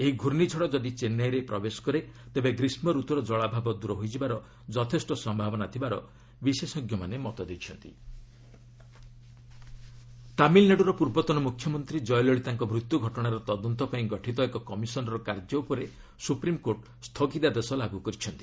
ଏହି ଘୁର୍ଷ୍ଣିଝଡ଼ ଯଦି ଚେନ୍ନାଇରେ ପ୍ରବେଶ କରେ ତେବେ ଗ୍ରୀଷ୍କରତୁର କଳାଭାବ ଦୂର ହୋଇଯିବାର ଯଥେଷ୍ଟ ସମ୍ଭବାନା ଥିବାର ବିଶେଷ ଏସ୍ସି କୟଲଳିତା ତାମିଲ୍ନାଡୁର ପୂର୍ବତନ ମୁଖ୍ୟମନ୍ତ୍ରୀ କ୍ଷୟଳଲିତାଙ୍କ ମୃତ୍ୟୁ ଘଟଣାର ତଦନ୍ତ ପାଇଁ ଗଠିତ ଏକ କମିଶନ୍ ର କାର୍ଯ୍ୟ ଉପରେ ସୁପ୍ରିମ୍କୋର୍ଟ ସ୍ଥଗିତାଦେଶ ଲାଗୁ କରିଛନ୍ତି